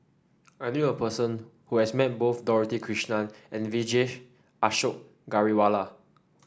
I knew a person who has met both Dorothy Krishnan and Vijesh Ashok Ghariwala